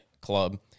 club